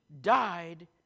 died